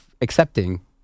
accepting